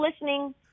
listening